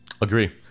Agree